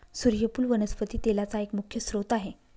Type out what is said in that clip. सुर्यफुल वनस्पती तेलाचा एक मुख्य स्त्रोत आहे